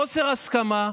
חוסר הסכמה,